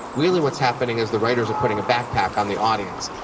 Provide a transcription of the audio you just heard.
really what's happening is the writers are putting a backpack on the audience.